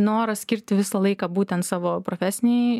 noras skirti visą laiką būtent savo profesinei